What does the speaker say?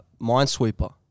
Minesweeper